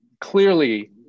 clearly